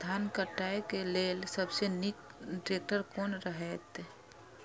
धान काटय के लेल सबसे नीक ट्रैक्टर कोन रहैत?